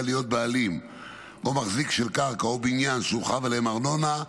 להיות בעלים או מחזיק של קרקע או של בניין שהוא חייב עליהם ארנונה,